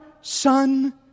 Son